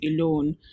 alone